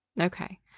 Okay